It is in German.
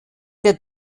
der